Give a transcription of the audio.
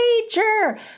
Nature